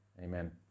Amen